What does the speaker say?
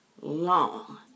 long